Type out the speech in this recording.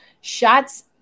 Shots